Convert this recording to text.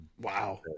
wow